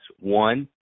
one